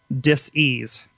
dis-ease